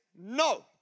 No